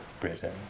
Britain